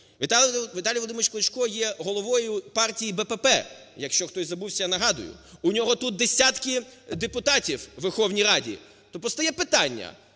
Віталій Володимирович Кличко є головою партії БПП, якщо хтось забувся, я нагадую, у нього тут десятки депутатів у Верховній Раді. То постає питання: